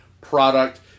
product